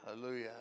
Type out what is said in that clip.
Hallelujah